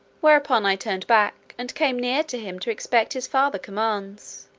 whereupon i turned back, and came near to him to expect his farther commands